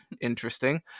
Interesting